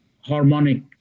harmonic